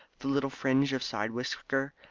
the little fringe of side whisker,